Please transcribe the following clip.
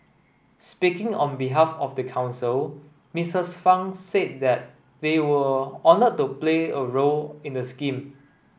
speaking on behalf of the council Missis Fang said that they were honoured to play a role in the scheme